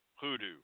hoodoo